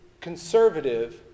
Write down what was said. conservative